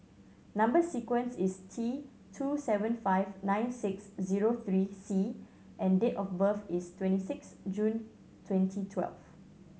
number sequence is T two seven five nine six zero three C and date of birth is twenty six June twenty twelve